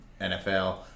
NFL